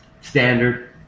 Standard